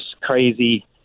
crazy